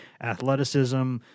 athleticism